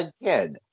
again